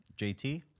JT